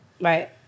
Right